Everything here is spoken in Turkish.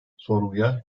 sorguya